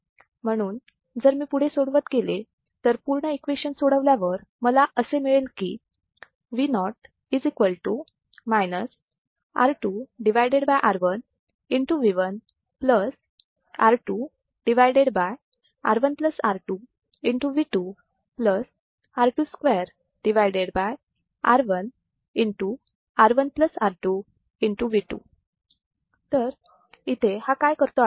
म्हणून जर मी पुढे सोडवत गेले तर पूर्ण इक्वेशन सोडवल्या वर मला असे मिळेल तर हा काय करतो आहे